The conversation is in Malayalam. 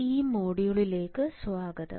ഈ മൊഡ്യൂളിലേക്ക് സ്വാഗതം